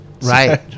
Right